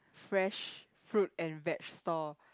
fresh fruit and veg stall